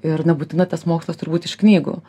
ir nebūtinai tas mokslas turi būt iš knygų